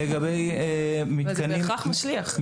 אבל זה משליך בהכרח.